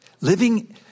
Living